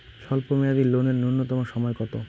স্বল্প মেয়াদী লোন এর নূন্যতম সময় কতো?